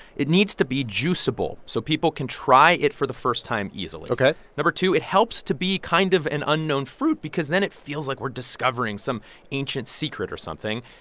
it needs to be juiceable, so people can try it for the first time easily ok number two, it helps to be kind of an unknown fruit because then it feels like we're discovering some ancient secret or something.